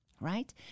Right